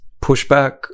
pushback